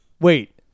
Wait